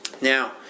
Now